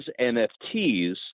NFTs